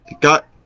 got